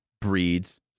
breeds